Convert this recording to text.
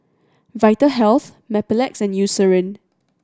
Vitahealth Mepilex and Eucerin